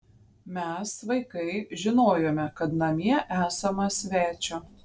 mes vaikai žinojome kad namie esama svečio